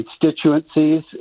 constituencies